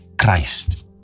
Christ